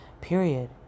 period